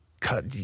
cut